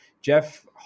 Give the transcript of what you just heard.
Jeff